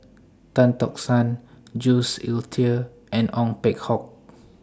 Tan Tock San Jules Itier and Ong Peng Hock